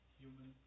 human